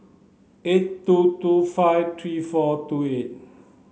eight two two five three four two eight